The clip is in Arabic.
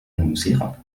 الموسيقى